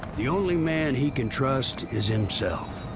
the only man he can trust is himself.